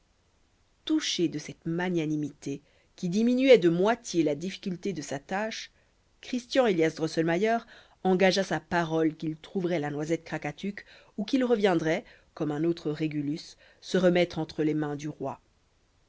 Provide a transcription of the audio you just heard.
touché de cette magnanimité qui diminuait de moitié la difficulté de sa tâche christian élias drosselmayer engagea sa parole qu'il trouverait la noisette krakatuk ou qu'il reviendrait comme un autre régulus se remettre entre les mains du roi